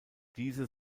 diese